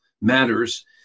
matters